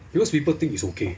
because people think it's okay